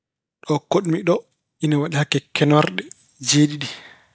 Ɗo koɗ-mi ɗoo, ina waɗi hakke kenorɗe jeeɗiɗi.